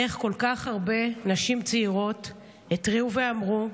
איך כל כך הרבה נשים צעירות התריעו ואמרו,